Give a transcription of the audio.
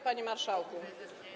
Panie Marszałku!